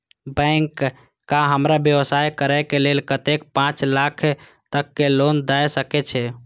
Bank का हमरा व्यवसाय करें के लेल कतेक पाँच लाख तक के लोन दाय सके छे?